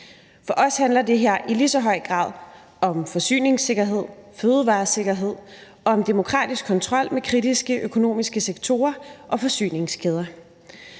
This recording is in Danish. For os handler det her i lige så høj grad om forsyningssikkerhed, om fødevaresikkerhed og om demokratisk kontrol med kritiske økonomiske sektorer og forsyningskæder.